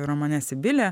romane sibilė